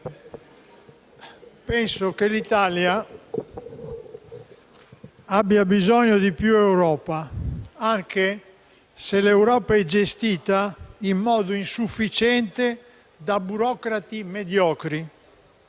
penso che l'Italia abbia bisogno di più Europa, anche se l'Europa è gestita in modo insufficiente da burocrati mediocri.